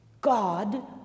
God